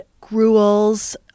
gruels